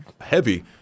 Heavy